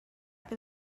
que